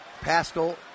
Pascal